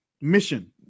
mission